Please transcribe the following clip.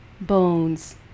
bones